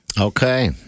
Okay